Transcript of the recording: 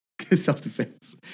self-defense